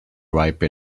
ripe